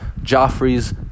Joffrey's